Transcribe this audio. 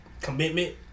commitment